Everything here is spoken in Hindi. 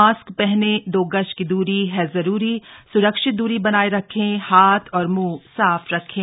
मास्क पहने दो गज की दूरी है जरूरी सुरक्षित दूरी बनाए रखें हाथ और मुंह साफ रखें